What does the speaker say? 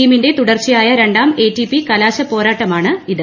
തീമിന്റെ തുടർച്ചയായ രണ്ടാം എടിപി കലാശ പോരാട്ടമാണിത്